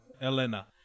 Elena